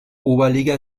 oberliga